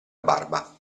barba